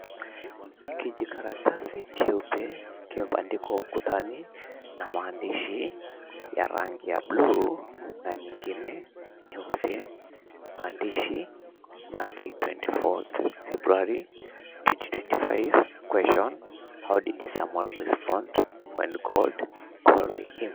Kijikaratasi cheupe kimebandikwa ukutani na maandishi ya rangi ya bluu na nyingine nyeusi. Maandishi, Monday 24th February 2025, Question: How did Samuel respond when called him?